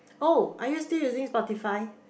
oh are you still using Spotify